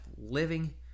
living